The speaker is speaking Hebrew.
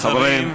שרים,